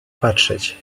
patrzeć